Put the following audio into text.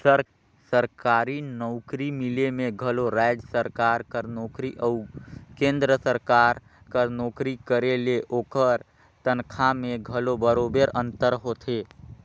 सरकारी नउकरी मिले में घलो राएज सरकार कर नोकरी अउ केन्द्र सरकार कर नोकरी करे ले ओकर तनखा में घलो बरोबेर अंतर होथे